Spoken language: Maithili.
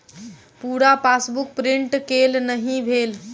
पूरा पासबुक प्रिंट केल नहि भेल